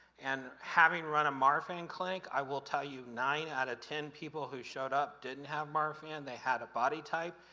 and having run a marfan clinic, i will tell you nine out of ten people who showed up didn't have marfan, they had a body type,